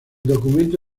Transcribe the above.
documento